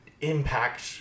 impact